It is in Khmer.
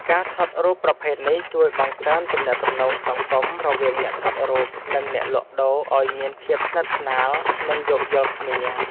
ការថតរូបប្រភេទនេះជួយបង្កើនទំនាក់ទំនងសង្គម រវាងអ្នកថតរូប និងអ្នកលក់ដូរឱ្យមានភាពស្និទ្ធស្នាល និងយោគយល់គ្នា។